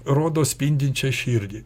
rodo spindinčią širdį